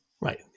Right